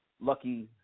Lucky